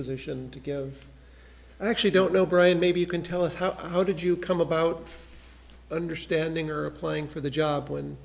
position to give i actually don't know brian maybe you can tell us how did you come about understanding or applying for the job